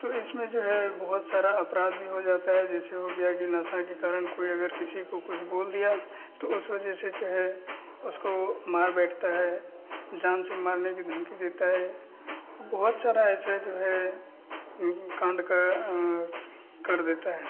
तो इसमें जो है बहुत सारे अपराध भी हो जाते हैं जैसे हो गया कि नशे के कारण कोई अगर किसी को कुछ बोल दिया तो उस वजह से जो है उसको मार बैठता है जान से मारने की धमकी देता है तो बहुत सारा ऐसा जो है कांड कर कर देते हैं